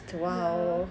ya